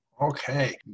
Okay